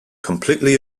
completely